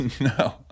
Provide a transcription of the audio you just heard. No